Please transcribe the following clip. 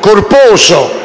corposo,